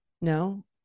no